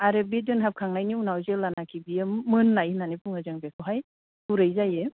आरो बे दोनहबाबखांनायनि उनाव जेलानाखि बेयो मोन्नाय होन्नानै बुङो जोङो बेखौहाय गुरै जायो